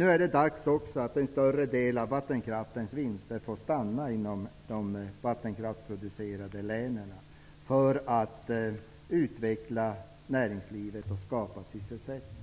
Nu är det dags att en större del av vinsterna från vattenkraften får stanna inom de vattenkraftsproducerande länen, för att utveckla näringslivet och skapa sysselsättning.